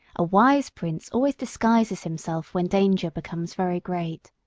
a wise prince always disguises himself when danger becomes very great.